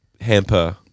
hamper